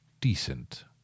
decent